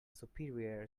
superior